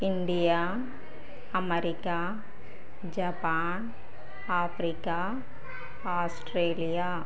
India America Japan Africa Australia